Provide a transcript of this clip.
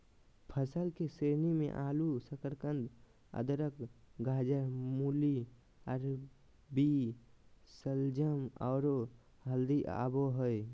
फसल के श्रेणी मे आलू, शकरकंद, अदरक, गाजर, मूली, अरबी, शलजम, आरो हल्दी आबो हय